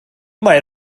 mae